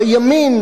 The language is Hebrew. בימין,